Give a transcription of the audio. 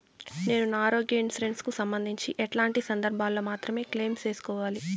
నేను నా ఆరోగ్య ఇన్సూరెన్సు కు సంబంధించి ఎట్లాంటి సందర్భాల్లో మాత్రమే క్లెయిమ్ సేసుకోవాలి?